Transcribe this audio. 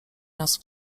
nas